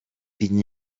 been